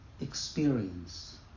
experience